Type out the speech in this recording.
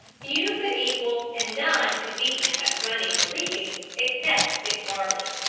few could equal and none could beat him at running or leaping except dick varley.